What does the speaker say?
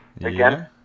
Again